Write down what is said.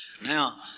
Now